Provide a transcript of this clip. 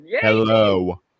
Hello